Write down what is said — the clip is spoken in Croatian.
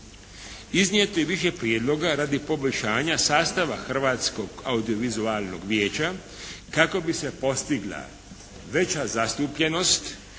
Iznijeto je više prijedloga radi poboljšanja sastava Hrvatskog audiovizualnog vijeća kako bi se postigla veća zastupljenost